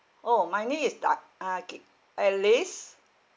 !ow! my name is tak uh K alice